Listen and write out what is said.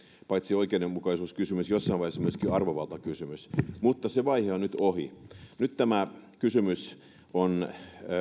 paitsi oikeudenmukaisuuskysymys jossain vaiheessa myöskin arvovaltakysymys mutta se vaihe on nyt ohi nyt tämä kysymys on